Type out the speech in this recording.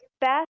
best